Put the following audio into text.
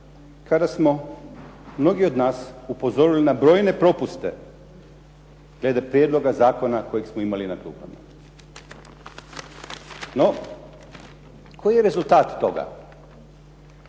kada smo, mnogi od nas, upozorili na brojne propuste glede prijedloga zakona kojeg smo imali na klupama. No, koji je rezultat toga?